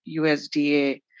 USDA